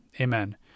Amen